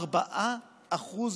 4% בלבד.